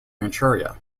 manchuria